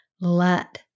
let